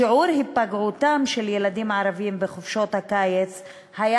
שיעור היפגעותם של ילדים ערבים בחופשות הקיץ היה